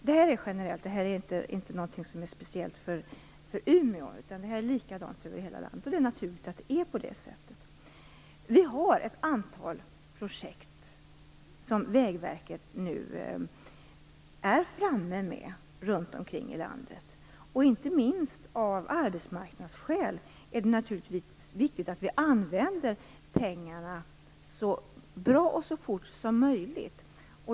Detta gäller generellt, och det är inte något som är speciellt för Umeå, utan det är på samma sätt över hela landet. Det är naturligt att det är på det sättet. Vi har ett antal projekt runt om i landet som Vägverket nu arbetar med. Inte minst av arbetsmarknadsskäl är det naturligtvis viktigt att vi använder pengarna så bra och så fort som möjligt.